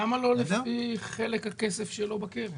למה לא לפי חלק הכסף שלו בקרן?